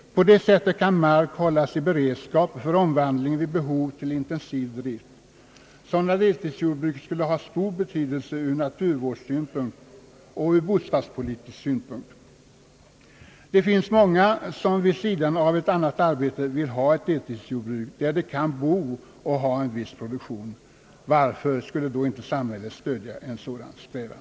På det sättet kan mark hållas i beredskap för omvandling vid behov till intensiv drift. Sådana deltidsjordbruk skulle ha stor betydelse ur naturvårdssynpunkt — och ur bostadspolitisk synpunkt. Det finns många som vid sidan av ett annat arbete vill ha ett deltidsjordbruk, där de kan bo och ha en viss produktion. Varför skulle då inte samhället stödja en sådan strävan?